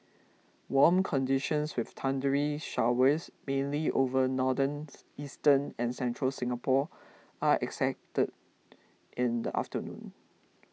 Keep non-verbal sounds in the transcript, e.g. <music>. warm conditions with thundery showers mainly over northern <unintelligible> eastern and central Singapore are expected in the afternoon